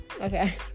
okay